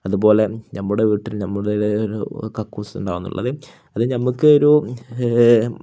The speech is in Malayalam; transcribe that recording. അതുപോലെ നമ്മുടെ വീട്ടിൽ നമ്മുടെ ഒരു കക്കൂസ് ഉണ്ടാവുക എന്നുുള്ളത് അത് നമുക്കൊരു